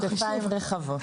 כתפיים רחבות.